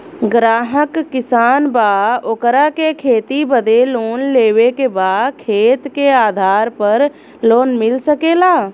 ग्राहक किसान बा ओकरा के खेती बदे लोन लेवे के बा खेत के आधार पर लोन मिल सके ला?